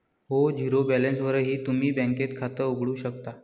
हो, झिरो बॅलन्सवरही तुम्ही बँकेत खातं उघडू शकता